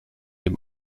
dem